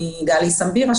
מגלי סמבירא,